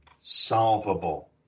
solvable